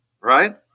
right